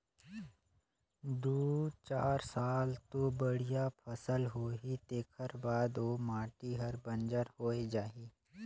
दू चार साल तो बड़िया फसल होही तेखर बाद ओ माटी हर बंजर होए जाही